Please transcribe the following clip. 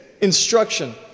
instruction